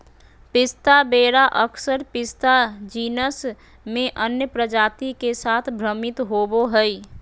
पिस्ता वेरा अक्सर पिस्ता जीनस में अन्य प्रजाति के साथ भ्रमित होबो हइ